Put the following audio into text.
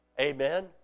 Amen